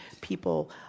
people